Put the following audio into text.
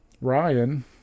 Ryan